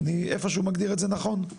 אני איפשהו מגדיר את זה נכון?